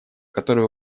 которая